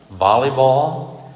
volleyball